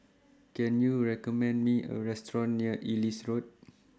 Can YOU recommend Me A Restaurant near Ellis Road